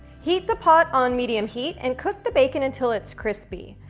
heat the pot on medium heat and cook the bacon until it's crispy.